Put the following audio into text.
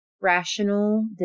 rational